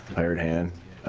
hired hand?